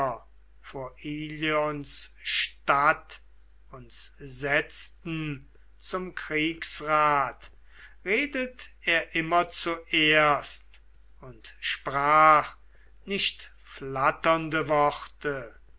vor ilions stadt uns setzten zum kriegsrat redet er immer zuerst und sprach nicht flatternde worte